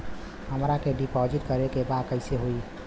हमरा के डिपाजिट करे के बा कईसे होई?